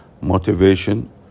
motivation